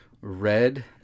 red